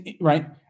right